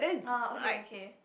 uh okay okay